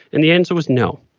and the answer was no.